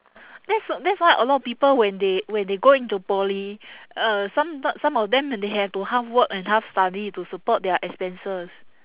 that's w~ that's why a lot of people when they when they go into poly uh some some of them they have to half work and half study to support their expenses